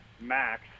max